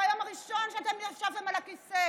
ביום הראשון שאתם ישבתם על הכיסא